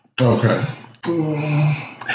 Okay